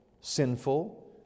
sinful